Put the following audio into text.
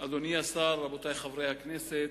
אדוני השר, רבותי חברי הכנסת,